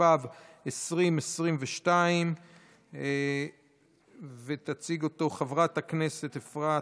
התשפ"ב 2022. תציג אותו חברת הכנסת אפרת